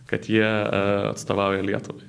kad jie atstovauja lietuvai